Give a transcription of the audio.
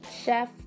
chef